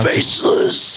Faceless